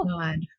God